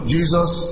Jesus